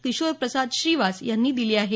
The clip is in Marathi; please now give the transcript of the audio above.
किशोरप्रसाद श्रीवास यांनी दिली आहे